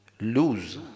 Lose